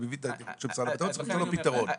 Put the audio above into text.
צריך למצוא לזה פתרון.